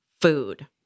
food